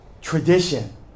Tradition